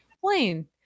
plain